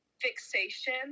fixation